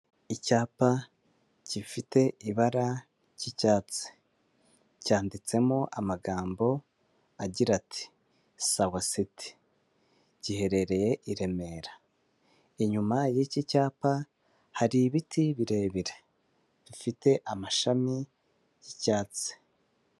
Icyapa gifite ibara ry'icyatsi, cyanditsemo amagambo agira ati sawaseti. Giherereye i remera, inyuma y'iki cyapa hari ibiti birebire gifite amashami y'icyatsi.